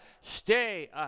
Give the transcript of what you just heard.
stay